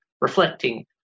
reflecting